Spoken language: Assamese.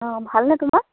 অ' ভালনে তোমাৰ